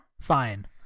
Fine